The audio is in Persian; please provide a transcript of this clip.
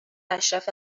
اشرف